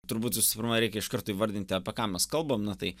turbūt visų pirma reikia iš karto įvardinti apie ką mes kalbam na tai